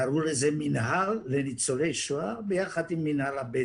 קראו לזה מינהל לניצולי שואה ביחד עם מינהל הבדואים.